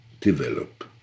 develop